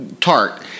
tart